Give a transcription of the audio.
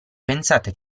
pensate